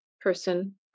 person